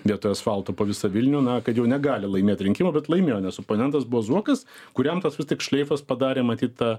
vietoj asfalto po visą vilnių na kad jau negali laimėt rinkimų bet laimėjo nes oponentas buvo zuokas kuriam tas vis tik šleifas padarė matyt tą